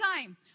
time